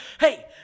Hey